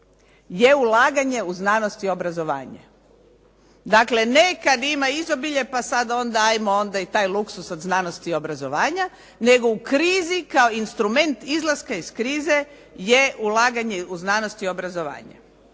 je ulaganje u znanost i obrazovanje. Dakle, ne kad ima izobilje pa sad onda ajmo onda i taj luksuz od znanosti i obrazovanja nego u krizi kao instrument izlaska iz krize je ulaganje u znanost i obrazovanje.